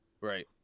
Right